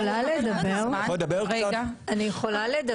דבר אחד אני חייב להציף.